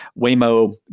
Waymo